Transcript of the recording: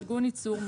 "ארגון ייצור",